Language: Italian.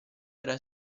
era